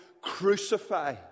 crucify